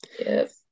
Yes